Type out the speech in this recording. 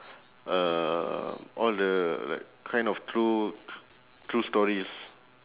uh all the like kind of true true stories